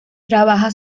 trabaja